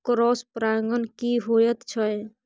Cross परागण की होयत छै?